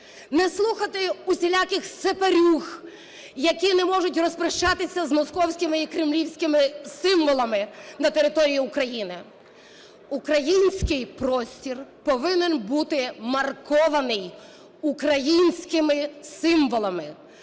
не слухати усіляких сепарюг, які не можуть розпрощатися з московськими і кремлівськими символами на території України. Український простір повинен бути маркований українськими символами.